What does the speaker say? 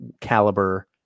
caliber